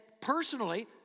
personally